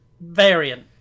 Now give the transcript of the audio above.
Variant